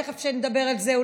אולי תכף נדבר על זה,